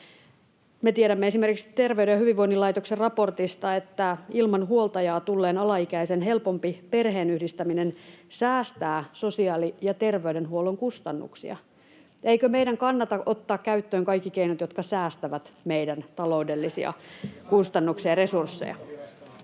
Me tiedämme esimerkiksi Terveyden ja hyvinvoinnin laitoksen raportista, että ilman huoltajaa tulleen alaikäisen helpompi perheenyhdistäminen säästää sosiaali- ja terveydenhuollon kustannuksia. Eikö meidän kannata ottaa käyttöön kaikki keinot, jotka säästävät taloudellisia kustannuksiamme ja resurssejamme?